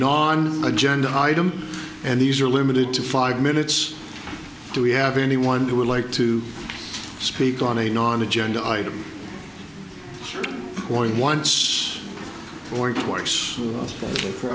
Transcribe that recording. non agenda item and these are limited to five minutes do we have anyone who would like to speak on a non agenda item one once or twice